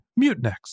Mutinex